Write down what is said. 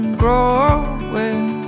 growing